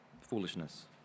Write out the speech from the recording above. Foolishness